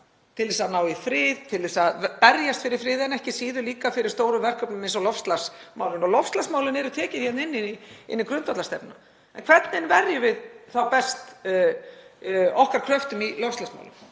til að ná í frið, til að berjast fyrir friði, en ekki síður líka fyrir stórum verkefnum eins og loftslagsmálunum. Loftslagsmálin eru tekin hérna inn í grundvallarstefnuna. En hvernig verjum við best okkar kröftum í loftslagsmálum?